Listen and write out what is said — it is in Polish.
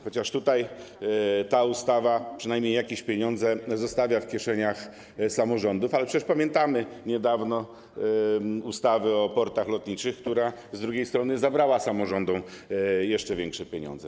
Chociaż ta ustawa przynajmniej jakieś pieniądze zostawia w kieszeniach samorządów, ale przecież pamiętamy ustawę o portach lotniczych, która z drugiej strony zabrała samorządom jeszcze większe pieniądze.